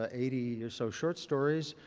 ah eighty or so short stories,